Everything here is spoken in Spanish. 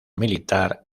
militar